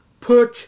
put